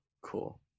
Cool